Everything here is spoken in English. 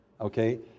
okay